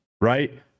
right